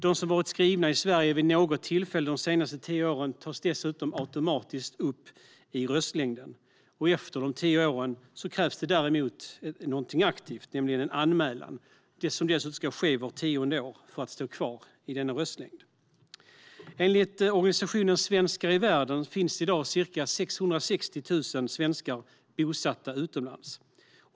De som varit skrivna i Sverige vid något tillfälle de senaste tio åren tas dessutom automatiskt upp i röstlängden. Efter de tio åren krävs det däremot någonting aktivt, nämligen en anmälan som dessutom ska ske vart tionde år för att stå kvar i denna röstlängd. Enligt organisationen Svenskar i Världen finns det i dag ca 660 000 svenskar bosatta utomlands.